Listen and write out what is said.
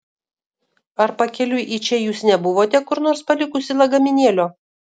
ar pakeliui į čia jūs nebuvote kur nors palikusi lagaminėlio